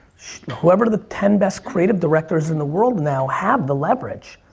whoever the ten best creative directors in the world now have the leverage.